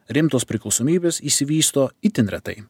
rimtos priklausomybės išsivysto itin retai